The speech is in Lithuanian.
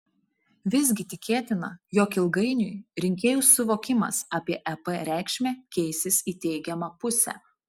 visgi tikėtina jog ilgainiui rinkėjų suvokimas apie ep reikšmę keisis į teigiamą pusę